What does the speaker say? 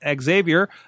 Xavier